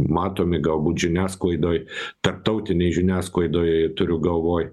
matomi galbūt žiniasklaidoj tarptautinėj žiniasklaidoj turiu galvoj